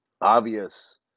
obvious